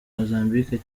mozambique